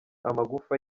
amagufa